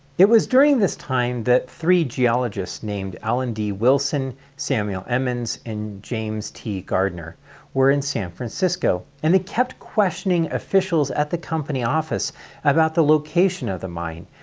it was during this time, that three geologist named allen d. wilson, samuel emmons, and james t. gardiner were in san francisco, and they kept questioning officials at the company office about the location of the mine,